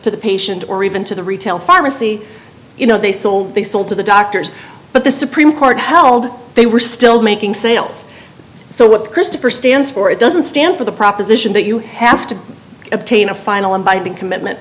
to the patient or even to the retail pharmacy you know they sold they sold to the doctors but the supreme court held they were still making sales so what christopher stands for it doesn't stand for the proposition that you have to obtain a final and binding commitment